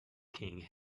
king